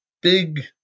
big